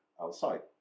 outside